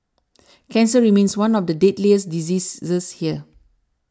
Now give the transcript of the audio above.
cancer remains one of the deadliest diseases this here